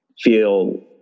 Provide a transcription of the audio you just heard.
feel